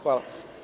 Hvala.